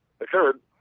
occurred